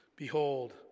Behold